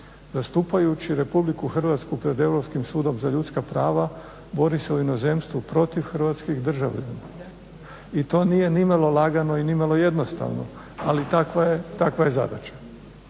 zastupajući RH pred Europskim sudom za ljudska prava, bori se u inozemstvu protiv hrvatskih državljana i to nije nimalo lagano i nimalo jednostavno, ali takva je zadaća.